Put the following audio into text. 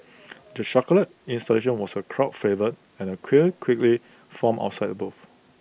the chocolate installation was A crowd favourite and A queue quickly formed outside the booth